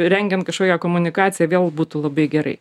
rengiant kažkokią komunikaciją vėl būtų labai gerai